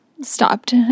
stopped